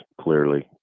clearly